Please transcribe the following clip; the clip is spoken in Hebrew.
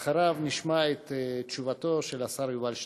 אחריו נשמע את תשובתו של השר יובל שטייניץ.